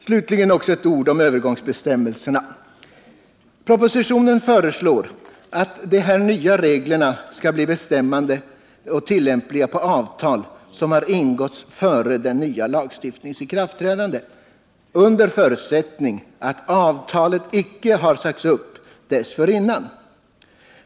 Slutligen vill jag också säga några ord om övergångsbestämmelserna. Propositionen föreslår att de nya reglerna skall bli tillämpliga på avtal som har ingåtts före den nya lagstiftningens ikraftträdande under förutsättning att avtalet inte har sagts upp dessförinnan.